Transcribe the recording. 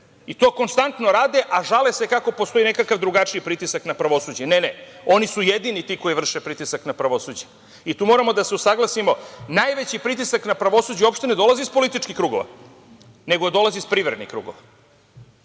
i to konstantno rade, a žale se kako postoji nekakav drugačiji pritisak na pravosuđe. Ne, oni su jedini ti koji vrše pritisak na pravosuđe. I tu moramo da se usaglasimo, najveći pritisak na pravosuđe uopšte ne dolazi iz političkih krugova, nego dolazi iz privrednih krugova. Oni